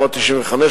התשנ"ה 1995,